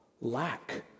lack